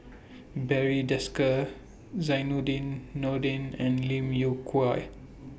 Barry Desker Zainudin Nordin and Lim Yew Kuan